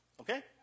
Okay